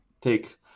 take